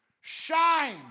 shine